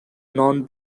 non